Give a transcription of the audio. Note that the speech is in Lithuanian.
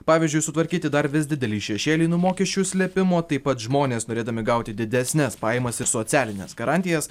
pavyzdžiui sutvarkyti dar vis didelį šešėlį nuo mokesčių slėpimo taip pat žmonės norėdami gauti didesnes pajamas ir socialines garantijas